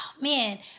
man